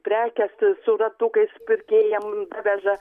prekes su ratukais pirkėjam daveža